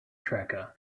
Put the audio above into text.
tracker